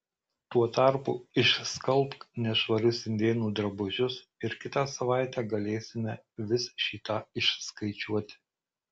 tuo tarpu išskalbk nešvarius indėnų drabužius ir kitą savaitę galėsime vis šį tą išskaičiuoti